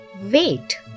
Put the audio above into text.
wait